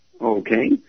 Okay